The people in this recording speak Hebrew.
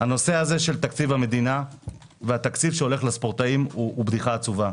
- הנושא של תקציב המדינה והתקציב שהולך לספורטאים הוא בדיחה עצובה.